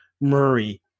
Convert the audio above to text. Murray